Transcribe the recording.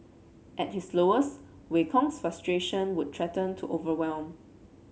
at his lowest Wei Kong's frustration would threaten to overwhelm